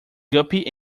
guppy